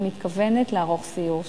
אני מתכוונת לערוך סיור שם.